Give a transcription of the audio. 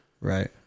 right